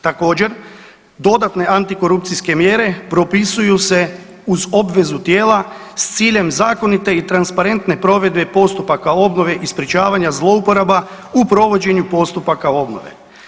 Također, dodatne antikorupcijske mjere propisuju se uz obvezu tijela s ciljem zakonite i transparentne provedbe postupaka obnove i sprječavanja zloupotreba u provođenju postupaka obnove.